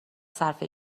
صرفه